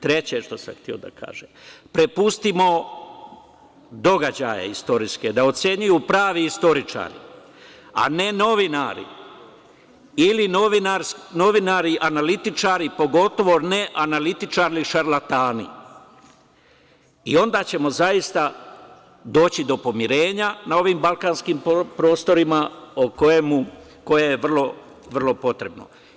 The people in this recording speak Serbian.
Treće što sam hteo da kažem, prepustimo događaje istorijske da ocenjuju pravi istoričari, a ne novinari ili novinari analitičari, pogotovo ne analitičari šarlatani i onda ćemo zaista doći do pomirenja na ovim balkanskim prostorima koje je vrlo potrebno.